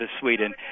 Sweden